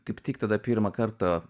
kaip tik tada pirmą kartą